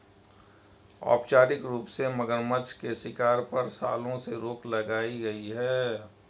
औपचारिक रूप से, मगरनछ के शिकार पर, सालों से रोक लगाई गई है